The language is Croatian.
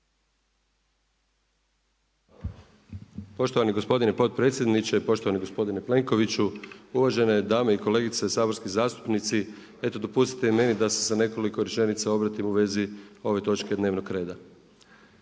poštovani gospodine potpredsjedniče, poštovani gospodine Plenkoviću, uvažene dame i kolegice, saborski zastupnici. Eto dopustite i meni da se sa nekoliko rečenica obratim u vezi ove točke dnevnog reda